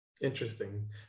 Interesting